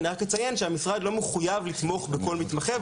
אני רק אציין שהמשרד לא מחויב לתמוך בכל מתמחה,